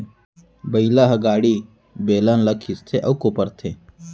बइला हर गाड़ी, बेलन ल खींचथे अउ कोपरथे